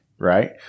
Right